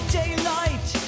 daylight